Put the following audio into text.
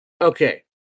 Okay